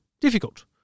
difficult